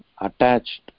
attached